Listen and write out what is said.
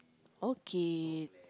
okay